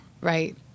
Right